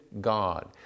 God